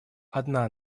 одна